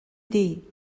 dir